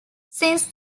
since